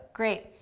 great.